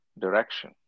direction